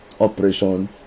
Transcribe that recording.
Operation